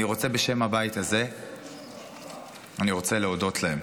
אני רוצה בשם הבית הזה להודות להם.